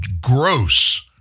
gross